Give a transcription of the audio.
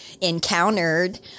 encountered